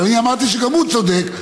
אבל אני אמרתי שגם הוא צודק,